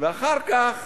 ואחר כך